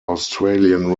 australian